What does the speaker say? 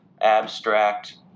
abstract